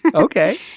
and ok.